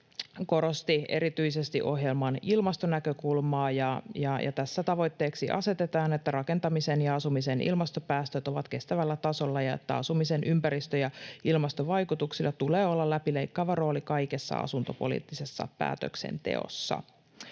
korosti erityisesti ohjelman ilmastonäkökulmaa. Tässä tavoitteeksi asetetaan, että rakentamisen ja asumisen ilmastopäästöt ovat kestävällä tasolla ja että asumisen ympäristö- ja ilmastovaikutuksilla tulee olla läpileikkaava rooli kaikessa asuntopoliittisessa päätöksenteossa.